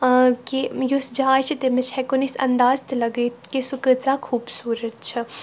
کہِ یُس جاے چھِ تمِچ ہؠکو نہٕ أسۍ اَنداز تہِ لَگٲیِتھ کہِ سُہ کۭژاہ خوبصوٗرَت چھےٚ